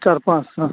चार पाँच सौ